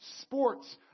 sports